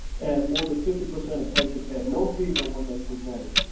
and more than fifty percent of patients had no fever when they presented,